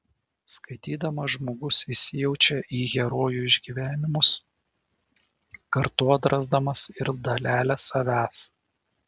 skaitydamas žmogus įsijaučia į herojų išgyvenimus kartu atrasdamas ir dalelę savęs